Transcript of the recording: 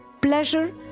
pleasure